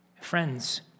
Friends